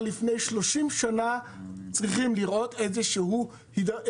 לפני 30 שנים צריכים לראות איזו התמוטטות,